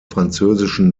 französischen